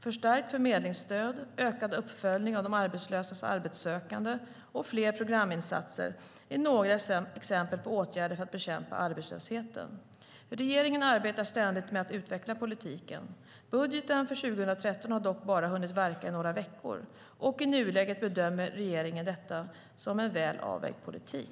Förstärkt förmedlingsstöd, ökad uppföljning av arbetslösas arbetssökande och fler programinsatser är några exempel på åtgärder för att bekämpa arbetslösheten. Regeringen arbetar ständigt med att utveckla politiken. Budgeten för 2013 har dock bara hunnit verka i några veckor, och i nuläget bedömer regeringen detta som en väl avvägd politik.